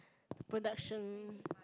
production